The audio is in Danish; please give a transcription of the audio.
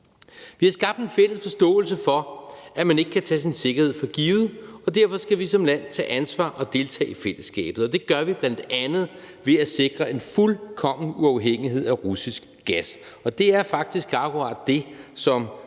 Vi har skabt en fælles forståelse for, at man ikke kan tage sin sikkerhed for givet, og derfor skal vi som land tage ansvar og deltage i fællesskabet, og det gør vi bl.a. ved at sikre en fuldkommen uafhængighed af russisk gas, og det er faktisk akkurat det, som